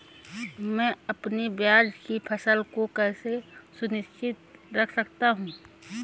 मैं अपनी प्याज की फसल को कैसे सुरक्षित रख सकता हूँ?